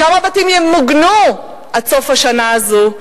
כמה בתים ימוגנו עד סוף השנה הזאת?